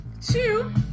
two